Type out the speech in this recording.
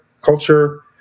culture